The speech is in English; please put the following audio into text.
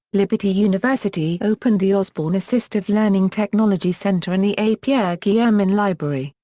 liberty university opened the osborne assistive learning technology center in the a. pierre guillermin library,